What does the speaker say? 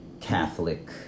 Catholic